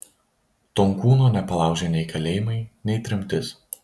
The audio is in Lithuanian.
tonkūno nepalaužė nei kalėjimai nei tremtis